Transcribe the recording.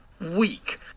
weak